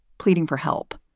pleading for help.